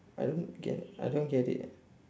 I don't get I don't get it